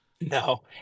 No